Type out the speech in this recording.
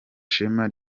shema